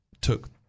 took